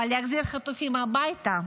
אבל להחזיר חטופים הביתה,